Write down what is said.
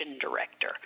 Director